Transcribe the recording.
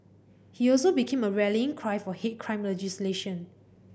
he also became a rallying cry for hate crime legislation